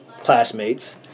classmates